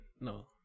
no